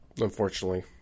unfortunately